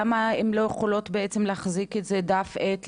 למה הן לא יכולות בעצם להחזיק איזה דף ועט,